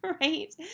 right